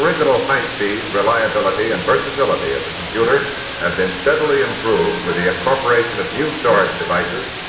original high speed, reliability, and versatility of the computer had been steadily improved with the incorporation of new storage devices,